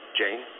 Jane